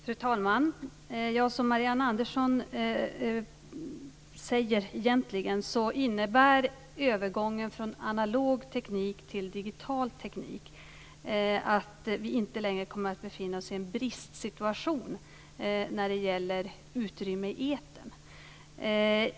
Fru talman! Som Marianne Andersson antyder innebär övergången från analog till digital teknik att vi inte längre kommer att befinna oss i en bristsituation när det gäller utrymme i etern.